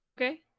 okay